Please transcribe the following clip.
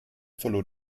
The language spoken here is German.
verlor